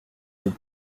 yeux